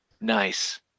nice